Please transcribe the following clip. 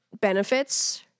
benefits